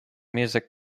music